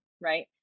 right